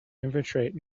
infiltrate